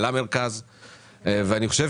ואחר כך